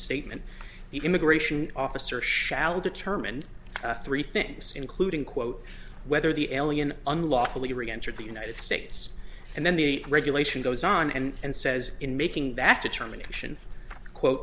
statement the immigration officer shall determine three things including quote whether the alien unlawfully re entered the united states and then the regulation goes on and says in making that determination quote